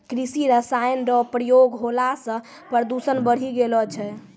कृषि रसायन रो प्रयोग होला से प्रदूषण बढ़ी गेलो छै